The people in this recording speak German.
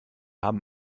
haben